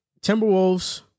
Timberwolves